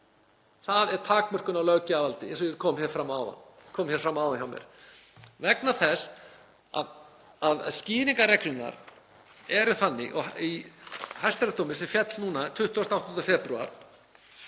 Það er takmörkun á löggjafarvaldi, eins og kom fram áðan hjá mér, vegna þess að skýringarreglurnar eru þannig. Í hæstaréttardómi sem féll núna 28. febrúar